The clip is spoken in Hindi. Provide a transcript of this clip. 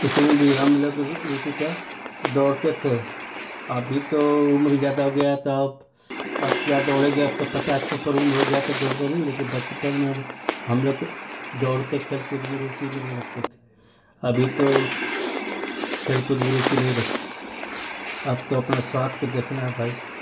उसी में भी हम लोग रु रुचि था दौड़ते थे अभी तो उम्र ज़्यादा हो गया तब अब क्या दौड़ेगे अब त पचास के ऊपर उम्र हो गया त दौड़ते नहीं है लेकिन बचपन में अब हम लोग दौड़ते खेल कूद में रुचि में रखते थे अभी तो खेल कूद में रुचि नहीं रखते हैं अब तो अपना स्वास्थ्य को देखना है भाई